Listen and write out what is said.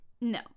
no